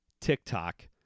TikTok